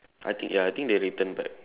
I think ya I think they return back